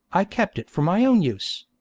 i kept it for my own use.